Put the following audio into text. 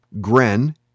Gren